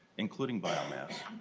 including biomass.